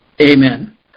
Amen